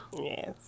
Yes